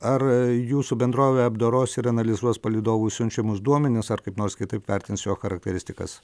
ar jūsų bendrovė apdoros ir analizuos palydovų siunčiamus duomenis ar kaip nors kitaip vertins jo charakteristikas